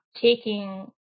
taking